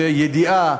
או לידיעה,